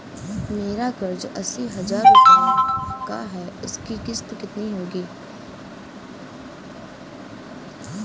मेरा कर्ज अस्सी हज़ार रुपये का है उसकी किश्त कितनी होगी?